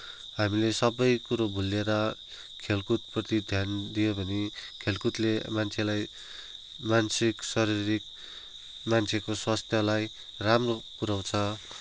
हामीले सबैकुरो भुलेर खेलकुद प्रति ध्यान दियोभने खेलकुदले मान्छेलाई मानसिक शारीरिक मान्छेको स्वास्थ्यलाई राम्रो पुऱ्याउँछ